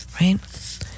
right